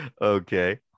okay